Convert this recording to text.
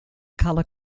color